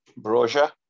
Broja